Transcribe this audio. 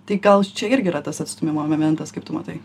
tai gal čia irgi yra tas atstūmimo momentas kaip tu matai